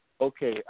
Okay